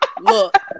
look